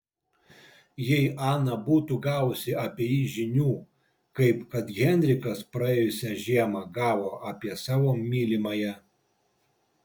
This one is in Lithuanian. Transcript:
jei ana būtų gavusi apie jį žinių kaip kad heinrichas praėjusią žiemą gavo apie savo mylimąją